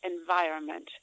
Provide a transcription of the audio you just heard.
environment